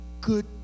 good